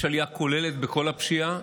יש עלייה כוללת בכל הפשיעה,